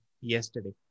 yesterday